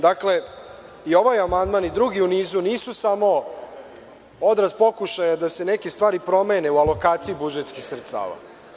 Dakle, i ovaj amandman i drugi u nizu nisu samo odraz pokušaja da se neke stvari promene u alokaciji budžetskih sredstava.